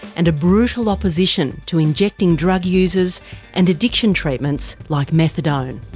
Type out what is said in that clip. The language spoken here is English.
and a brutal opposition to injecting drug users and addiction treatments like methadone.